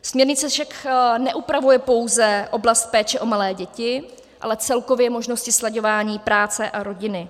Směrnice však neupravuje pouze oblast péče o malé děti, ale celkově možnosti slaďování práce a rodiny.